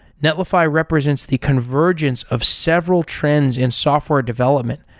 netlify represents the convergence of several trends in software development.